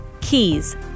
keys